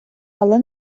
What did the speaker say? але